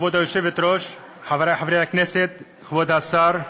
כבוד היושבת-ראש, חברי חברי הכנסת, כבוד השר,